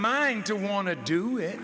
mind to want to do it